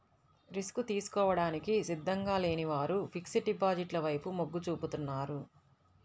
risk తీసుకోవడానికి సిద్ధంగా లేని వారు ఫిక్స్డ్ డిపాజిట్ల వైపు మొగ్గు చూపుతున్నారు